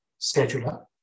scheduler